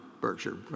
Berkshire